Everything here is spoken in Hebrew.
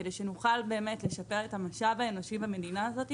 כדי שנוכל באמת לשפר את המשאב האנושי במדינה הזאת,